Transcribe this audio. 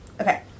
Okay